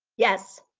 yes.